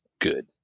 good